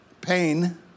pain